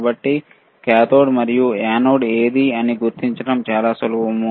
కాబట్టి ఏది కాథోడ్ ఏది యానోడ్ అని గుర్తించడం చాలా సులభం